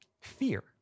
fear